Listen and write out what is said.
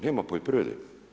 Nema poljoprivrede.